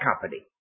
company